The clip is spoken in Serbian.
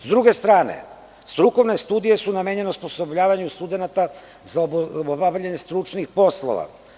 S druge strane strukovne studije su namenjene osposobljavanju studenata za obavljanje stručnih poslova.